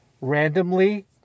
randomly